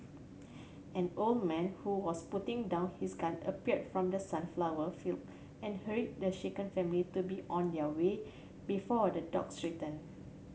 an old man who was putting down his gun appeared from the sunflower field and hurried the shaken family to be on their way before the dogs return